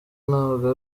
ntabwo